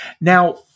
Now